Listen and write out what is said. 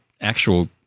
actual